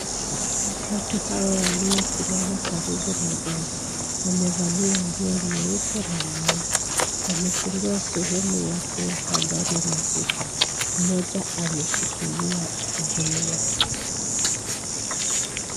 Watu hawa walio simama karibu na gari. Wamevalia nguo nyeupe na nyeusi. Wamefungua sehemu ya kueka gari mafuta. Mmoja ameshikilia juu yake.